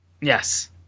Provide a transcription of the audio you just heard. Yes